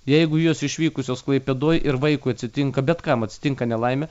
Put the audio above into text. jeigu jos išvykusios klaipėdoj ir vaikui atsitinka bet kam atsitinka nelaimė